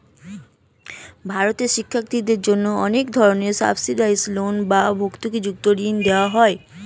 ভারতে শিক্ষার্থীদের জন্য অনেক ধরনের সাবসিডাইসড লোন বা ভর্তুকিযুক্ত ঋণ দেওয়া হয়